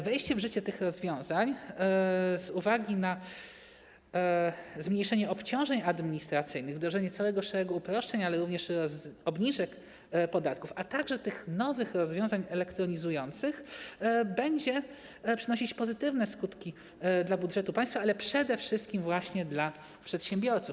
Wejście w życie tych rozwiązań, z uwagi na zmniejszenie obciążeń administracyjnych, wdrożenie całego szeregu uproszczeń, ale również obniżek podatków, a także tych nowych rozwiązań elektronizujących, będzie przynosić pozytywne skutki dla budżetu państwa, ale przede wszystkim właśnie dla przedsiębiorców.